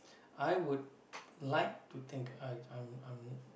I would like to think I I'm I'm